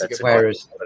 Whereas